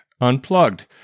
Unplugged